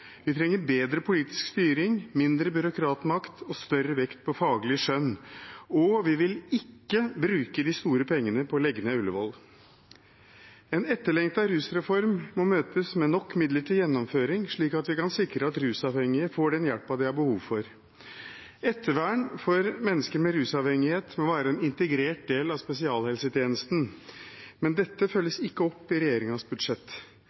Vi trenger bedre politisk styring, mindre byråkratmakt og større vekt på faglig skjønn, og vi vil ikke bruke de store pengene på å legge ned Ullevål. En etterlengtet rusreform må møtes med nok midler til gjennomføring, slik at vi kan sikre at rusavhengige får den hjelpen de har behov for. Ettervern for mennesker med rusavhengighet må være en integrert del av spesialisthelsetjenesten, men dette følges ikke opp i regjeringens budsjett.